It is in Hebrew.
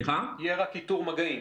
יהיה רק איתור מגעים.